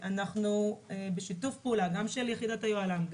אנחנו בשיתוף פעולה גם של יחידת היוהל"ם,